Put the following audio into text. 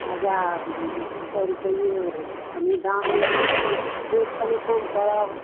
हजार डेढ़ सए रुपैये कनि दाम ओइमे रेट कनि कम करब